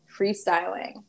freestyling